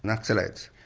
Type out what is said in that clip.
naxalites.